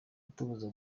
itubuza